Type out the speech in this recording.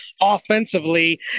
offensively